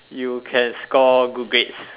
you can score good grades